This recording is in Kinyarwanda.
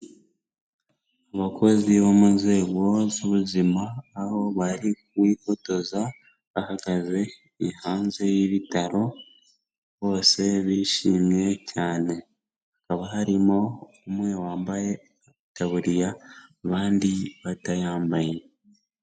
Abakozi bo mu nzego z'ubuzima, aho bari kwifotoza bahagaze hanze y'ibitaro, bose bishimye cyane, hakaba harimo umwe wambaye itaburiya, abandi batayambaye.